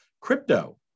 Crypto